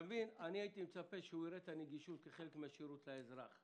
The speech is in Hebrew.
-- הייתי מצפה שהוא יראה את הנגישות כחלק מן השירות לאזרח.